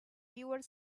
fewer